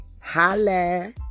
Holla